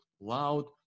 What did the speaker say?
loud